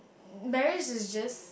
marriage is just